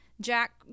Jack